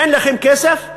אין לכם כסף?